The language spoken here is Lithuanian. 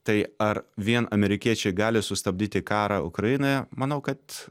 tai ar vien amerikiečiai gali sustabdyti karą ukrainoje manau kad